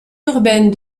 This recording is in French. urbaine